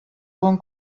bon